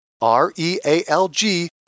R-E-A-L-G